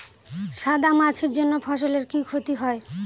সাদা মাছির জন্য ফসলের কি ক্ষতি হয়?